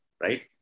right